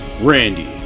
Randy